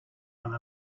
one